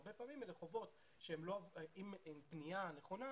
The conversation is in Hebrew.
הרבה פעמים אלה חובות שעם פנייה נכונה,